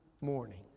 morning